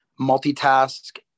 multitask